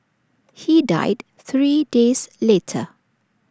he died three days later